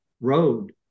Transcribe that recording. Road